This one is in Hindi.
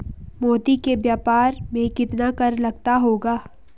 मोती के व्यापार में कितना कर लगता होगा?